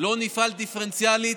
לא נפעל דיפרנציאלית,